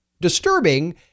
disturbing